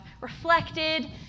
reflected